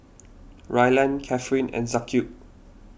Ryland Catherine and Jaquez